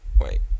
wait